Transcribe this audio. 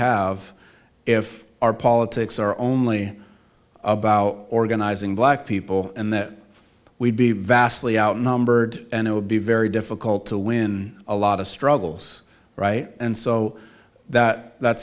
have if our politics are only about organizing black people and that we'd be vastly outnumbered and it would be very difficult to win a lot of struggles and so that that